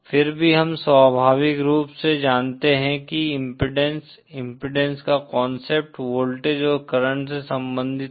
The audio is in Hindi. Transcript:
फिर भी हम स्वाभाविक रूप से जानते हैं कि इम्पीडेन्स इम्पीडेन्स का कांसेप्ट वोल्टेज और करंट से संबंधित है